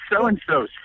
so-and-so